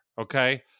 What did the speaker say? Okay